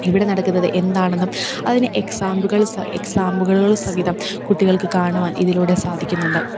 ഇവിടെ നടക്കുന്നത് എന്താണെന്നും അതിന് എക്സാമ്പിളുകൾ എക്സാമ്പിളുകൾ സഹിതം കുട്ടികൾക്ക് കാണുവാൻ ഇതിലൂടെ സാധിക്കുന്നുണ്ട്